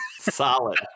Solid